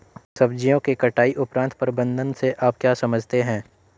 सब्जियों के कटाई उपरांत प्रबंधन से आप क्या समझते हैं?